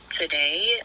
today